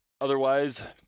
otherwise